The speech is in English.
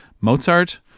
Mozart